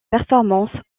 performance